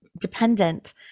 dependent